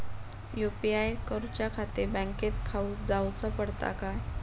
UPI करूच्याखाती बँकेत जाऊचा पडता काय?